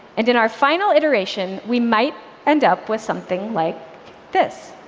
and in our final iteration, we might end up with something like this